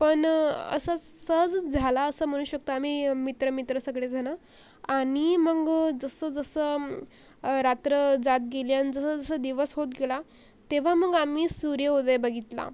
पण असं सहजच झाला असं म्हणू शकतो आम्ही मित्रमित्र सगळे जण आणि मग जसंजसं रात्र जात गेली आणि जसंजसं दिवस होत गेला तेव्हा मग आम्ही सूर्योदय बघितला